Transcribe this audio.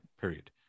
Period